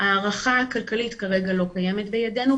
ההערכה הכלכלית כרגע לא קיימת בידינו,